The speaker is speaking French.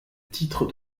titres